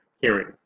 hearing